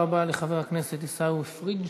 תודה רבה לחבר הכנסת עיסאווי פריג'.